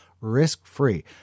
risk-free